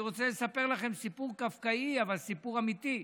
אני רוצה לספר לכם סיפור קפקאי אבל סיפור אמיתי.